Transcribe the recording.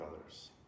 others